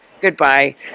goodbye